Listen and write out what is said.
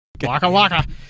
Waka-waka